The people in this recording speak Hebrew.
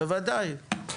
בוודאי.